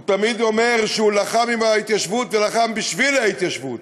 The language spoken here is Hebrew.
הוא תמיד אומר שהוא לחם עם ההתיישבות ולחם בשביל ההתיישבות,